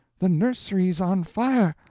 the nursery's on fire!